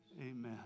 amen